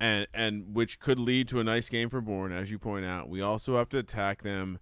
and and which could lead to a nice game for born as you point out. we also have to attack them